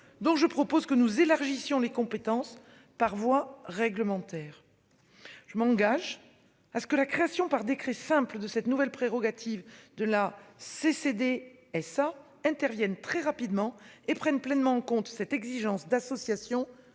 Donc je propose que nous élargissons les compétences par voie réglementaire. Je m'engage à ce que la création par décret simple de cette nouvelle prérogative de la CCD. Ça interviennent très rapidement et prennent pleinement en compte cette exigence d'association